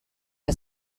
que